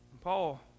Paul